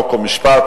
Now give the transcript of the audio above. חוק ומשפט,